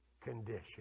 condition